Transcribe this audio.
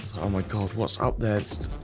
oh my god, what's up, there's